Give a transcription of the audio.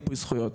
מיפוי זכויות.